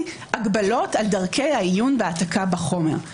הגבלות על דרכי העיון והעתקה בחומר.